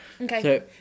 okay